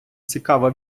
цікава